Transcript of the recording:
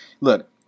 look